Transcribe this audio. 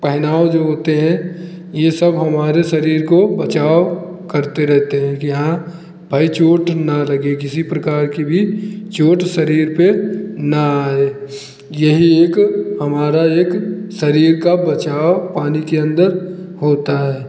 पहनाव जो होते हैं ये सब हमारे शरीर को बचाव करते रहते हैं कि हाँ भई चोट न लगे किसी प्रकार की भी चोट शरीर पे न आए यही एक हमारा एक शरीर का बचाव पानी के अंदर होता है